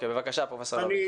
בבקשה, פרופ' לביא.